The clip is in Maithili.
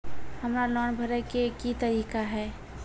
हमरा लोन भरे के की तरीका है?